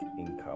income